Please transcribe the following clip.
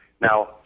Now